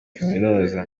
kaminuza